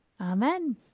Amen